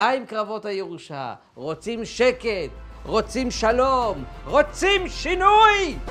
די עם קרבות הירושה? רוצים שקט? רוצים שלום? רוצים שינוי?